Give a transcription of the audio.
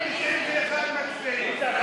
91, מצביעים.